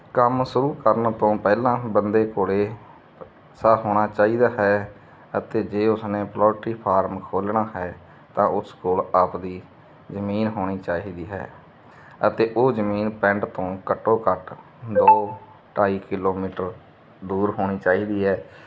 ਕੰਮ ਸ਼ੁਰੂ ਕਰਨ ਤੋਂ ਪਹਿਲਾਂ ਬੰਦੇ ਕੋਲੇ ਸਾਫ ਹੋਣਾ ਚਾਹੀਦਾ ਹੈ ਅਤੇ ਜੇ ਉਸਨੇ ਪਲੋਟਰੀ ਫਾਰਮ ਖੋਲਣਾ ਹੈ ਤਾਂ ਉਸ ਕੋਲ ਆਪਦੀ ਜਮੀਨ ਹੋਣੀ ਚਾਹੀਦੀ ਹੈ ਅਤੇ ਉਹ ਜ਼ਮੀਨ ਪਿੰਡ ਤੋਂ ਘੱਟੋ ਘੱਟ ਦੋ ਢਾਈ ਕਿਲੋਮੀਟਰ ਦੂਰ ਹੋਣੀ ਚਾਹੀਦੀ ਹੈ